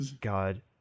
God